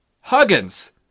Huggins